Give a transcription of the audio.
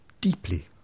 deeply